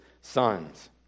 sons